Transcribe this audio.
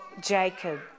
Jacob